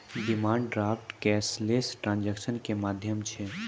demand draft cashless transaction के माध्यम छै